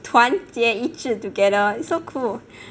团结一致 together so cool